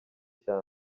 cya